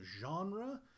genre